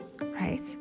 right